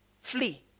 Flee